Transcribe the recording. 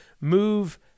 move